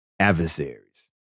adversaries